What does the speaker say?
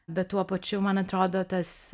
bet tuo pačiu man atrodo tas